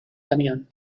camión